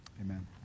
Amen